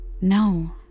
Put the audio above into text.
No